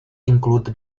include